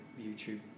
YouTube